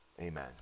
amen